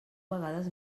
vegades